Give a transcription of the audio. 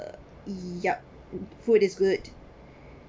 yup food is good